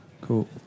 Cool